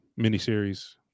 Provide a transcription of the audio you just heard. miniseries